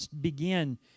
begin